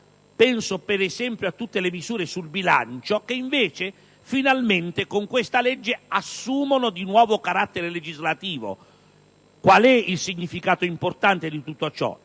penso per esempio a tutte le misure sul bilancio - che invece finalmente, con questo provvedimento, assumono nuovamente carattere legislativo. Qual è il significato importante di tutto ciò?